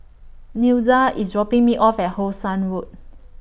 Nelda IS dropping Me off At How Sun Road